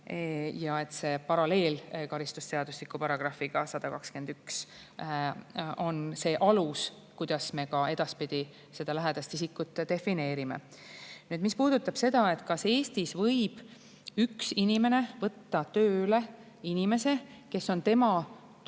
isik. Paralleel karistusseadustiku §‑ga 121 on see alus, kuidas me ka edaspidi lähedast isikut defineerime. Mis puudutab seda, kas Eestis võib üks inimene võtta tööle kellegi, kes on tema tuttava